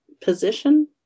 position